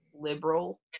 liberal